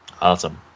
Awesome